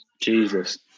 Jesus